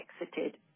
exited